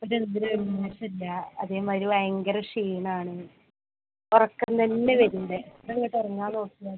ഇപ്പോൾ ചെറുതിനൊരു മോശം ഇല്ല അതേമാതിരി ഭയങ്കര ക്ഷീണമാണ് ഉറക്കം തന്നെ വരുണ്ട് അങ്ങട്ടിറങ്ങാൻ നോക്കിയാലും